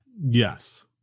Yes